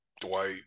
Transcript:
Dwight